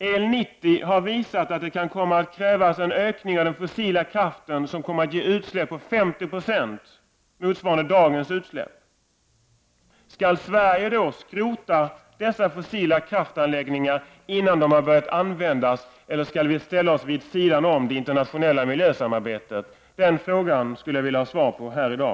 EL 90 har visat att det kan komma att krävas en ökning av den fossila kraften som kommer att ge utsläpp motsvarande 50 96 av dagens utsläppsnivå. Skulle då Sverige skrota dessa fossilkraftanläggningar innan de har börjat användas? Eller skall Sverige ställa sig vid sidan om det internationella miljösamarbetet? De frågorna skulle jag vilja ha svar på i dag.